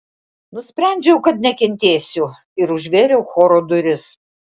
nusprendžiau kad nekentėsiu ir užvėriau choro duris